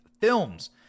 films